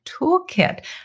Toolkit